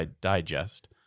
Digest